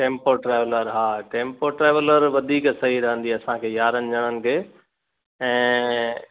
tempo traveller हा tempo traveller वधीक सही रहंदी असांखे यारहंनि ॼणनि खे ऐं